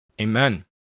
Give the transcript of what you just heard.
Amen